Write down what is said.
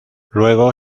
luego